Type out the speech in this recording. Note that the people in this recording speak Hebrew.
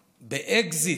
באקזיט,